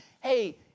Hey